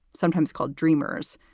sometimes called dreamers.